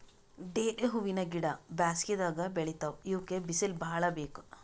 ಡೇರೆ ಹೂವಿನ ಗಿಡ ಬ್ಯಾಸಗಿದಾಗ್ ಬೆಳಿತಾವ್ ಇವಕ್ಕ್ ಬಿಸಿಲ್ ಭಾಳ್ ಬೇಕ್